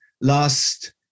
last